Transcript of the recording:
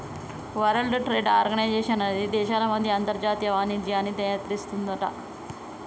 world Trade Organization అనేది దేశాల మధ్య అంతర్జాతీయ వాణిజ్యాన్ని నియంత్రిస్తుందట